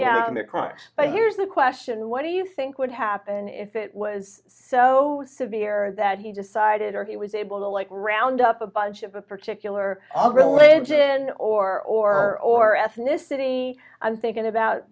down the crime but here's the question what do you think would happen if it was so severe that he decided or he was able to like round up a bunch of a particular religion or or or ethnicity i'm thinking about